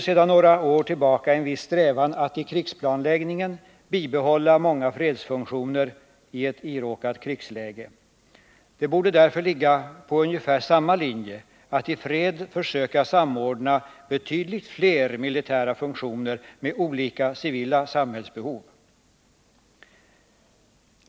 Sedan några år tillbaka strävar man ju i viss mån efter att i krigsplanläggningen bibehålla många fredsfunktioner i ett krigsläge. Det borde därför ligga på ungefär samma linje att man i fred försöker samordna betydligt fler militära funktioner med olika civila samhällsbehov.